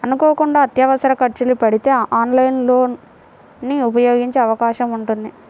అనుకోకుండా అత్యవసర ఖర్చులు పడితే ఆన్లైన్ లోన్ ని ఉపయోగించే అవకాశం ఉంటుంది